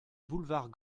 boulevard